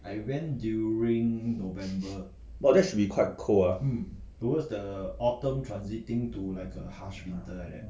!whoa! that should be quite cold ah